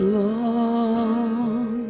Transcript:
long